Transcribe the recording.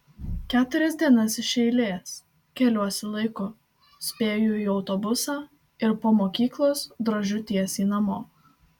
keturias dienas iš eilės keliuosi laiku spėju į autobusą ir po mokyklos drožiu tiesiai namo